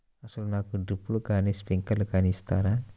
అసలు నాకు డ్రిప్లు కానీ స్ప్రింక్లర్ కానీ ఇస్తారా?